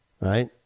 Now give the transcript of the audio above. right